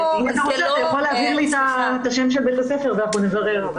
אתה יכול להעביר לי את שם בית הספר ואנחנו נברר.